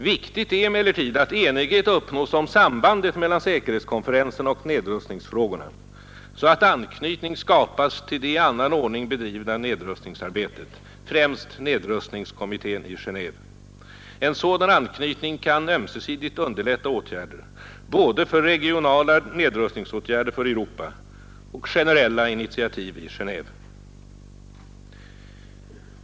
Viktigt är emellertid att enighet uppnås om sambandet mellan säkerhetskonferensen och nedrustningsfrågorna så att anknytning skapas till det i annan ordning bedrivna nedrustningsarbetet, främst nedrustningskommittén i Geneve. En sådan anknytning kan ömsesidigt underlätta åtgärder både för regionala nedrustningsåtgärder för Europa och generella initiativ i Genéve.